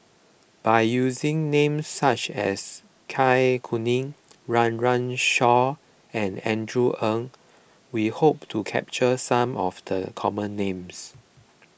by using names such as Kai Kuning Run Run Shaw and Andrew Ang we hope to capture some of the common names